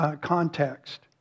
context